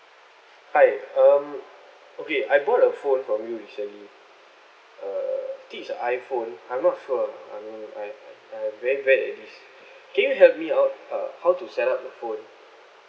hi um okay I bought a phone from you recently uh I think is a iphone I'm not sure I'm I I'm very bad at this can you help me out uh how to set up the phone